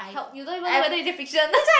help you don't even know whether is it fiction